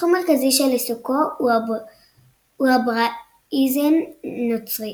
תחום מרכזי של עיסוקו הוא הבראיזם נוצרי.